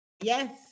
Yes